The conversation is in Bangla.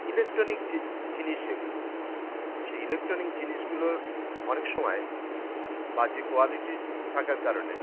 ইলেকট্রনিক যে জিনিস যেগুলো সেই ইলেকট্রনিক জিনিসগুলো অনেক সময় বাজে কোয়ালিটি থাকার কারণে